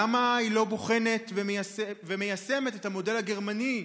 למה היא לא בוחנת ומיישמת את המודל הגרמני,